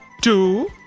two